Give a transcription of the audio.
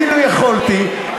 אילו יכולתי,